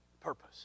purpose